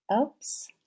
Oops